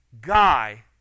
guy